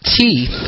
teeth